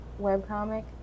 webcomic